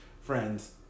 friends